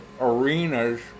arenas